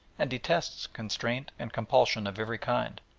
and detests constraint and compulsion of every kind.